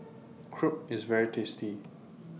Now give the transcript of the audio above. Crepe IS very tasty